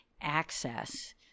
access